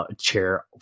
chair